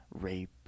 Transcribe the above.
rape